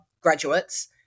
graduates